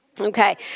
Okay